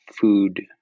food